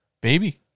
baby